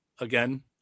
again